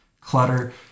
clutter